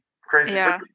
Crazy